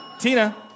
Tina